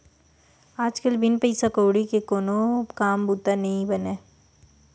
आज कल बिन पइसा कउड़ी के कोनो काम बूता नइ बनय